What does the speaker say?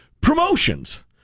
promotions